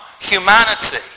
humanity